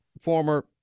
former